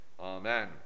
Amen